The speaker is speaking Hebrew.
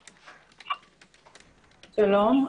שלום.